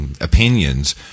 opinions